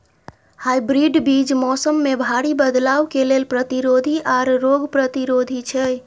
hybrid बीज मौसम में भारी बदलाव के लेल प्रतिरोधी आर रोग प्रतिरोधी छै